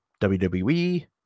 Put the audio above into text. WWE